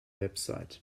website